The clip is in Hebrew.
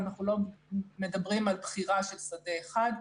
ואנחנו לא מדברים על בחירה של שדה אחד.